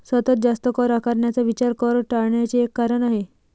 सतत जास्त कर आकारण्याचा विचार कर टाळण्याचे एक कारण आहे